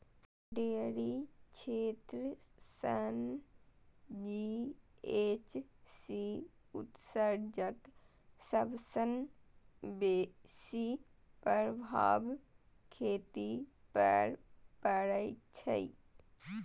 dairy क्षेत्र सं GHC उत्सर्जनक सबसं बेसी प्रभाव खेती पर पड़ै छै